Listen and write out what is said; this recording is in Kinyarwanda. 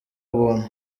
ubuntu